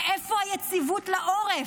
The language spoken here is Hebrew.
מאיפה היציבות לעורף?